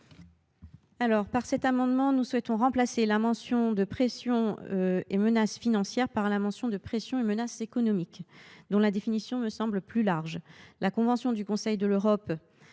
Par cet amendement, nous souhaitons remplacer la mention de pressions et menaces « financières » par celle de pressions et menaces « économiques », dont la définition me semble plus large. La convention du Conseil de l’Europe